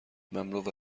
مملو